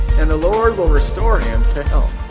and the lord will restore him to health.